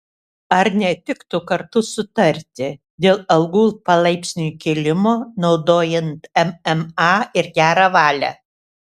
ar netiktų kartu sutarti dėl algų palaipsniui kėlimo naudojant mma ir gerą valią